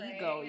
Ego